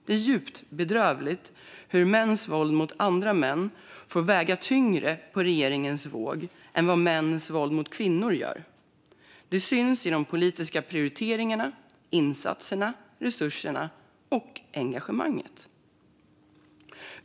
Det är djupt bedrövligt hur mäns våld mot andra män får väga tyngre på regeringens våg än mäns våld mot kvinnor. Det syns i politiska prioriteringar, insatser, resurser och engagemang.